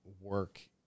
work